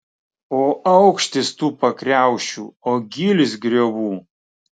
o aukštis tų pakriaušių o gylis griovų